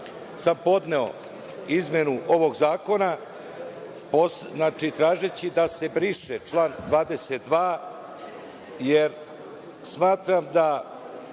sam podneo izmenu ovog zakona, tražeći da se briše član 22, jer smatram da